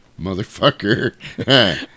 motherfucker